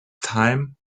time